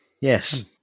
Yes